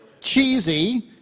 cheesy